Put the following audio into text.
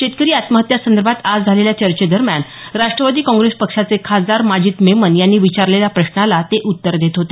शेतकरी आत्महत्यासंदर्भात आज झालेल्या चर्चेदरम्यान राष्ट्रवादी काँग्रेस पक्षाचे खासदा माजिद मेमन यांनी विचारलेल्या प्रश्नाला ते उत्तर देत होते